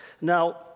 Now